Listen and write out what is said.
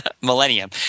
Millennium